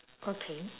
okay